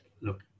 look